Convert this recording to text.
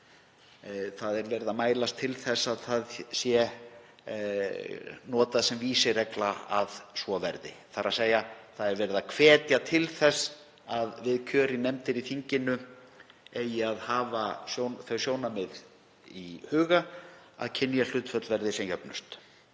Það er verið að mælast til þess að það sé notað sem vísiregla að svo verði. Það er verið að hvetja til þess að við kjör í nefndir í þinginu eigi að hafa þau sjónarmið í huga að kynjahlutföll verði sem jöfnust.